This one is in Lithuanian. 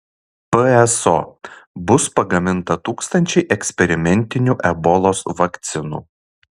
pso bus pagaminta tūkstančiai eksperimentinių ebolos vakcinų